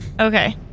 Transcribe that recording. Okay